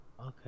Okay